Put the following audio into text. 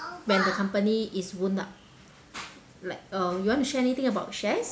when the company is wound up like uh you want to share anything about shares